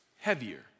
heavier